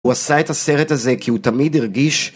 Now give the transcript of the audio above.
הוא עשה את הסרט הזה כי הוא תמיד הרגיש